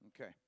Okay